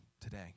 today